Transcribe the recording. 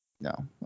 No